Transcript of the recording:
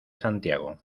santiago